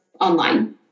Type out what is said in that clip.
online